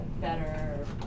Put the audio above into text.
better